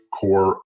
core